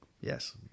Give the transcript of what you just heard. Yes